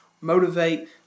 motivate